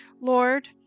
Lord